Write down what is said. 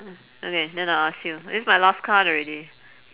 uh okay then I'll ask you this my last card already